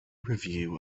review